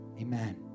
Amen